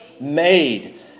Made